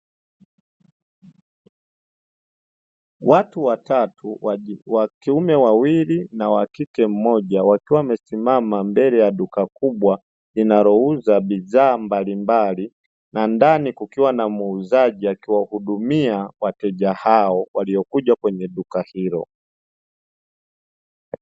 Watu watatu wa kiume wawili na wa kike mmoja, wakiwa wamesimama mbele ya duka kubwa linalouza bidhaa mbalimbali, na ndani kukiwa na muuzaji akiwahudumia wateja hao waliokuja kwenye duka hilo.